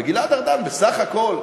וגלעד ארדן, בסך הכול,